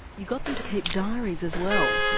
you got them to keep diaries as well.